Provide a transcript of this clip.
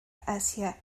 hacia